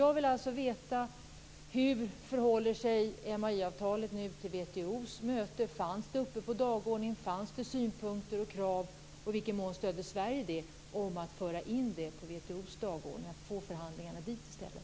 Jag vill alltså veta hur MAI behandlades på WTO:s möte. Var MAI uppe på dagordningen? Fanns det synpunkter och krav på MAI, och i vilken mån stödde Sverige kravet på uppförande av detta på WTO:s dagordning i stället?